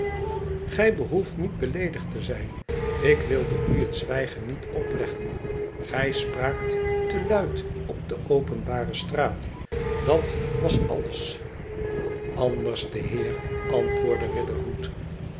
gij behoeft niet beleedigd te zijn ik wilde u het zwijgen niet opleggen gij spraakt te luid op de openbare straat dat was alles anderste heer antwoordde